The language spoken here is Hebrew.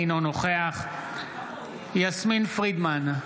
אינו נוכח יסמין פרידמן,